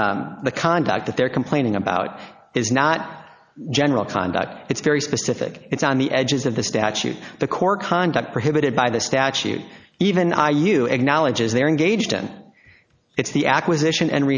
because the conduct that they're complaining about is not general conduct it's very specific it's on the edges of the statute the core conduct prohibited by the statute even i you acknowledge as they are engaged in it's the acquisition and